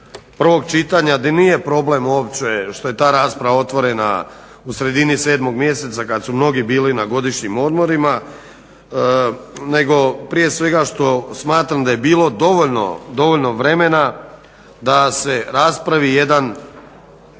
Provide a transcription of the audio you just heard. prvom čitanju da nije problem uopće što je ta rasprava otvorena u sredini 7.mjeseca kada su mnogi bili na godišnjim odmorima, nego prije svega što smatram da je bilo dovoljno vremena da se raspravi jedan